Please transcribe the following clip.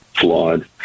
flawed